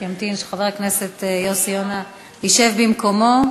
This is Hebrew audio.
נמתין שחבר הכנסת יוסי יונה ישב במקומו.